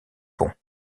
pont